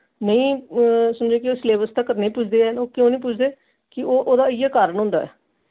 नेईं समझी लैओ कि ओह् सलेबस तक्कर नेईं पुजदे हैन ओह् की निं पुजदे के ओह् एह्दा इ'यो कारण होंदा ऐ